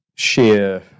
Sheer